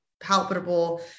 palpable